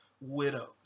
widows